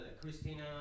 Christina